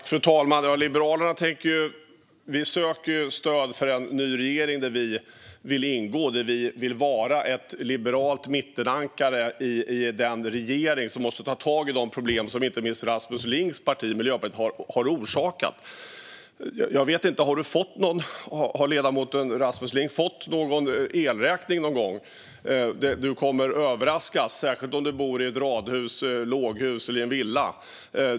Fru talman! Liberalerna söker stöd för en ny regering i vilken vi vill ingå och vara ett liberalt mittenankare. Det blir en regering som måste ta tag i de problem som inte minst Rasmus Lings parti, Miljöpartiet, har orsakat. Jag vet inte om ledamoten Rasmus Ling någon gång har fått en elräkning. Han skulle i så fall bli överraskad, särskilt om han bor i ett radhus, ett låghus eller en villa.